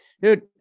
Dude